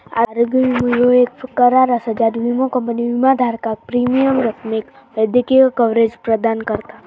आरोग्य विमो ह्यो येक करार असा ज्यात विमो कंपनी विमाधारकाक प्रीमियम रकमेक वैद्यकीय कव्हरेज प्रदान करता